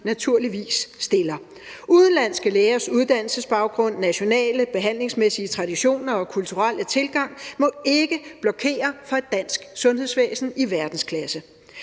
naturligvis stiller. Udenlandske lægers uddannelsesbaggrund, nationale behandlingsmæssige traditioner og kulturelle tilgang må ikke blokere for et dansk sundhedsvæsen i verdensklasse.